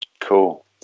Cool